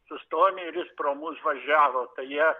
sustojom ir jis pro mus važiavo tai jie